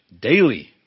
Daily